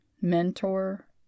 mentor